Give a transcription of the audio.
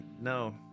No